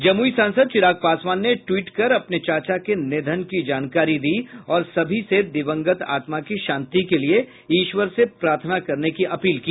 जमुई सांसद चिराग पासवान ने ट्वीट कर अपने चाचा के निधन की जानकारी दी और सभी से दिवंगत आत्मा की शांति के लिए ईश्वर से प्रार्थना करने की अपील की